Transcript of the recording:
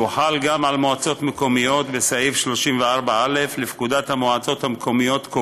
שהוחל גם על מועצות מקומיות בסעיף 34א לפקודת המועצות המקומיות,